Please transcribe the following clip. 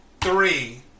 three